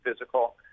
physical